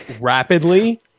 rapidly